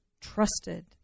trusted